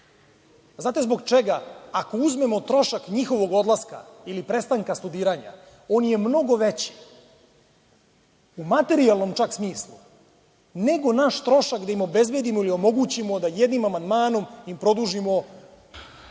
Znate zbog čega? Ako uzmemo trošak njihovog odlaska ili prestanka studiranja, on je mnogo veći, čak u materijalnom smislu, nego naš trošak da im obezbedimo ili omogućimo da jednim amandmanom im produžimo